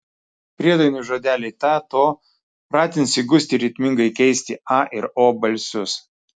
priedainio žodeliai ta to pratins įgusti ritmingai keisti a ir o balsius